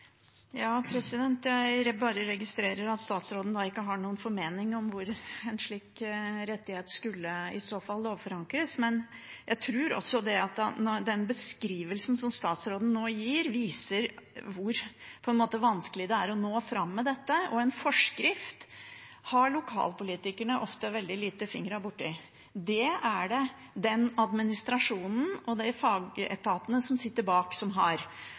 Jeg bare registrerer at statsråden ikke har noen formening om hvor en slik rettighet i så fall skulle lovforankres. Jeg tror også at den beskrivelsen som statsråden nå gir, viser hvor vanskelig det er å nå fram med dette. En forskrift har lokalpolitikerne ofte fingrene veldig lite borti. Det er det administrasjonen og fagetatene som sitter bak, som har.